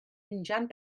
injan